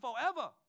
forever